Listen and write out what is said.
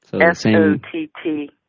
S-O-T-T